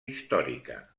històrica